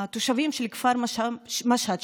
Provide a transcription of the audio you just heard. התושבים של כפר משהד,